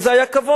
וזה היה כבוד,